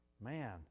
Man